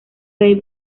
rey